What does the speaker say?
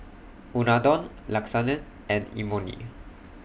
Unadon Lasagne and Imoni